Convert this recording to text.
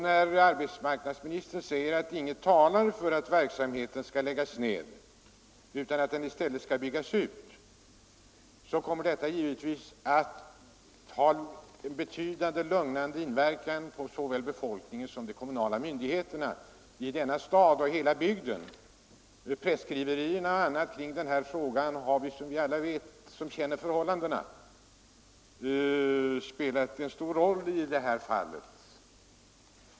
När arbetsmarknadsministern säger att inget talar för att verksamheten skall läggas ned utan att den i stället skall byggas ut, så kommer detta givetvis att ha en betydligt lugnande inverkan på såväl befolkningen som de kommunala myndigheterna i hela bygden. Presskriverier och annat kring verket har, vilket alla vet som känner förhållandena, spelat en stor roll för den oro som skapats.